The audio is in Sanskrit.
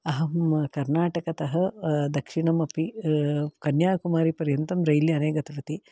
अहं कर्णाटकतः दक्षिणमपि कन्याकुमारी पर्यन्तं रैल्याने गतवती